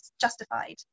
justified